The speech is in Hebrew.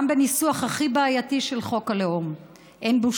גם בניסוח הכי בעייתי של חוק הלאום אין בו